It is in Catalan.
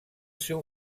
seu